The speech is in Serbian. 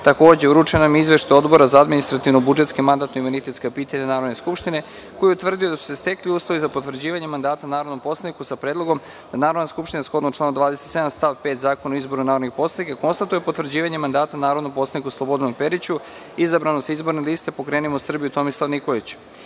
uručen vam je Izveštaj Odbora za administrativno-budžetska i mandatno-imunitetska pitanja Narodne skupštine, koji je utvrdio da su se stekli uslovi za potvrđivanje mandata narodnom poslaniku sa predlogom da Narodna skupština, shodno članu 27. stav 5. Zakona o izboru narodnih poslanika, konstatuje potvrđivanje mandata narodnom poslaniku Slobodanu Periću, izabranom sa izborne liste Pokrenimo Srbiju – Tomislav Nikolić. Na